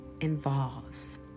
involves